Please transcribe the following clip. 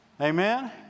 Amen